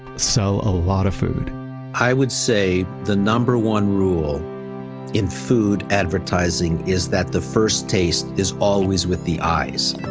sell a lot of food i would say the number one rule in food advertising is that the first taste is always with the eyes.